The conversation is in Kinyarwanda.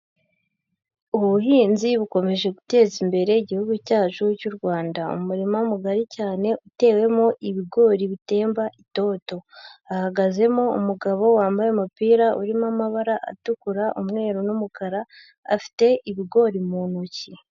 Ubuhinzi bukomeje guteza imbere Igihugu cyacu cy'u Rwanda. Umurima mugari cyane utewemo ibigori bitemba itoto. Hahagazemo umugabo wambaye umupira urimo amabara atukura, umweru n'umukara, afite ibigori mu ntoki.